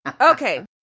Okay